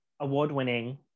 award-winning